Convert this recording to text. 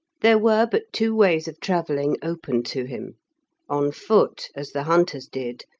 there were but two ways of travelling open to him on foot, as the hunters did,